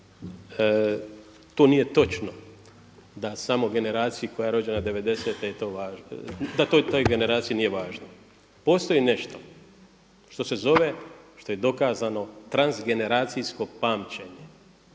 to nije točno da samo generaciji koja je rođena devedesete je to važno, da toj generaciji nije važno. Postoji nešto što se zove što je dokazano transgeneracijsko pamćenje.